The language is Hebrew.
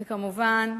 וכמובן,